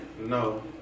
No